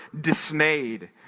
dismayed